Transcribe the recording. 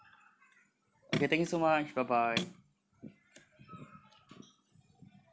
okay thank you so much bye bye